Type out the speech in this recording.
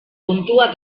puntua